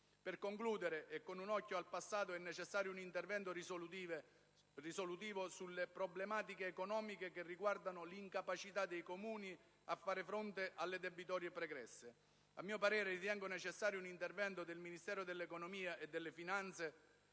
Per concludere, e con un occhio al passato, è necessario un intervento risolutivo sulle problematiche economiche che riguardano l'incapacità dei Comuni a fare fronte alle debitorie pregresse. A mio parere è necessario un intervento del Ministero dell'economia e delle finanze